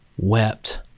wept